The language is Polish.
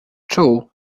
czuł